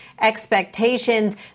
expectations